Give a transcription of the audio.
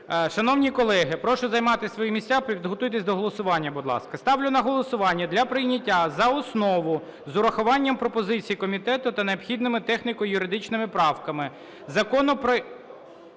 Шановні колеги, прошу займати свої місця, підготуйтесь до голосування, будь ласка. Ставлю на голосування для прийняття за основу з урахуванням пропозицій комітету та необхідними техніко-юридичними правками законопроект